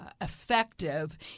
effective